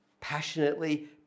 passionately